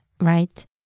right